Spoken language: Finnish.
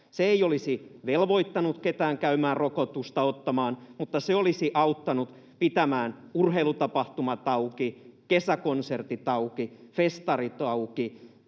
Se ei olisi velvoittanut ketään käymään rokotusta ottamaan, mutta se olisi auttanut pitämään urheilutapahtumat auki, kesäkonsertit auki, festarit auki,